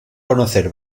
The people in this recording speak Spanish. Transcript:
conocer